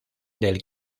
del